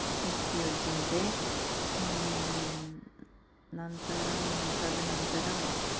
अपि उपयुज्यन्ते अनन्तरं तदनन्तरं